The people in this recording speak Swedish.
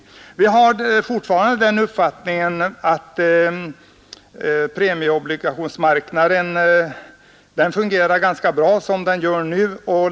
Utskottet har fortfarande den uppfattningen att premieobligationsmarknaden fungerar ganska bra för närvarande.